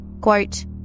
Quote